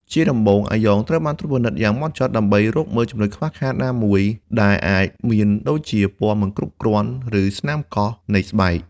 ជាដំបូង អាយ៉ងត្រូវបានត្រួតពិនិត្យយ៉ាងហ្មត់ចត់ដើម្បីរកមើលចំណុចខ្វះខាតណាមួយដែលអាចមានដូចជាពណ៌មិនគ្រប់គ្រាន់ឬស្នាមកោសនៃស្បែក។